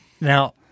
Now